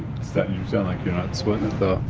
sound like you're not sweating it,